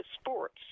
sports